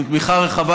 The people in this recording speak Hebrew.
עם תמיכה רחבה,